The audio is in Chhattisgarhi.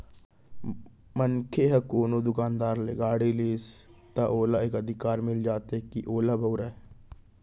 मनसे ह कोनो दुकानदार ले गाड़ी लिस त ओला ए अधिकार मिल जाथे के ओला बउरय